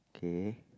K